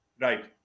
right